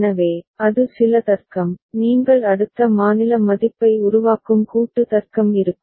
எனவே அது சில தர்க்கம் நீங்கள் அடுத்த மாநில மதிப்பை உருவாக்கும் கூட்டு தர்க்கம் இருக்கும்